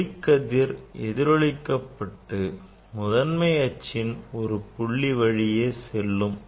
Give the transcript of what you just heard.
ஒளிக்கதிர் எதிரொளிக்கபட்டு முதன்மை அச்சின் ஒரு புள்ளி வழியே செல்லும்